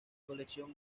colección